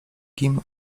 kim